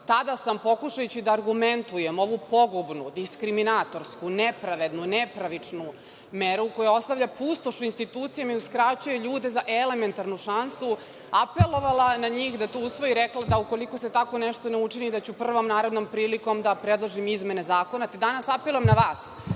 tada sam, pokušajući da argumentujem ovu pogubnu, diskriminatorsku, nepravednu, nepravičnu meru, koja ostavlja pustoš u institucijama i uskraćuje ljude za elementarnu šansu, apelovala na njih, da to usvoje i rekla da ukoliko se tako nešto ne učini, da ću prvom narednom prilikom da predložim izmene zakona. Danas apelujem na vas,